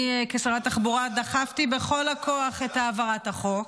אני כשרת התחבורה דחפתי בכל הכוח להעברת החוק.